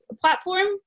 platform